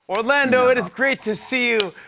orlando. it is great to see you.